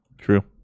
True